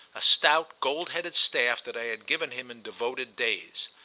a stout gold-headed staff that i had given him in devoted days.